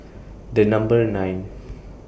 The Number nine